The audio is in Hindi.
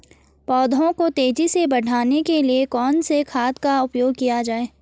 पौधों को तेजी से बढ़ाने के लिए कौन से खाद का उपयोग किया जाए?